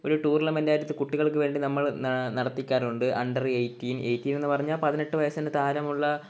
ഒരു ടൂർണമെൻറ്റായെടുത്ത് കുട്ടികൾക്കുവേണ്ടി നമ്മളൾ നാ നടത്തിക്കാറുണ്ട് അണ്ടർ എയ്റ്റീൻ എയ്റ്റീനെന്നു പറഞ്ഞാൽ പതിനെട്ടുവയസ്സിനു താരമുള്ള